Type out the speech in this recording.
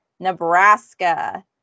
Nebraska